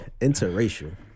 Interracial